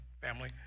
family